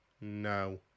No